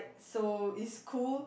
so is cool